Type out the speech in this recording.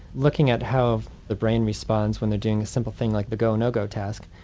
looking at how the brain responds when they're doing a simple thing like the go, no go task,